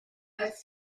als